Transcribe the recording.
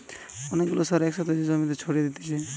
অনেক গুলা সার এক সাথে যে জমিতে ছড়িয়ে দিতেছে